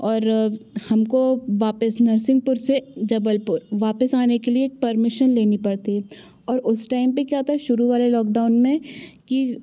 और हमको वापस नर्सिंगपुर से जबलपुर वापस आने के लिए परमिशन लेनी पड़ती और उस टाइम पर क्या था शुरू वाले लॉकडाउन में कि